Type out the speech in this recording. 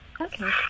Okay